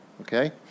Okay